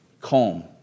calm